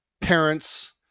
parents